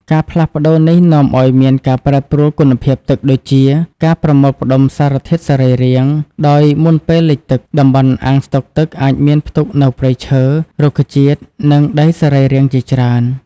ការផ្លាស់ប្តូរនេះនាំឱ្យមានការប្រែប្រួលគុណភាពទឹកដូចជា ការប្រមូលផ្តុំសារធាតុសរីរាង្គ ដោយមុនពេលលិចទឹក តំបន់អាងស្តុកទឹកអាចមានផ្ទុកនូវព្រៃឈើ រុក្ខជាតិ និងដីសរីរាង្គជាច្រើន។